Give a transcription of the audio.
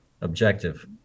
objective